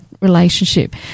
relationship